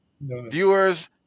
Viewers